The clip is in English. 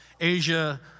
Asia